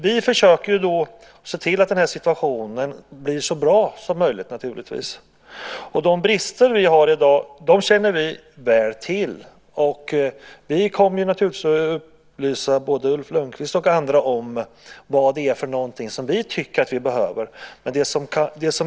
Vi försöker se till att situationen blir så bra som möjligt. De brister vi har i dag känner vi väl till. Vi kommer naturligtvis att upplysa både Ulf Lönnquist och andra om vad det är som vi tycker att vi behöver.